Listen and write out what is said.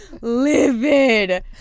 livid